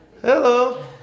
hello